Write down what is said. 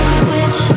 switch